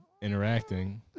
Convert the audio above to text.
interacting